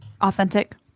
authentic